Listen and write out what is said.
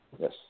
Yes